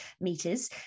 meters